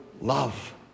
love